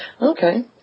Okay